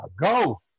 go